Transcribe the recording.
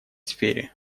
сфере